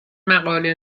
مقاله